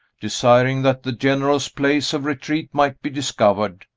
desiring that the general's place of retreat might be discovered,